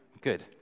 good